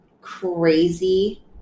crazy